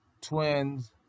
Twins